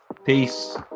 Peace